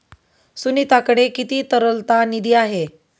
सुनीताकडे किती तरलता निधी आहे?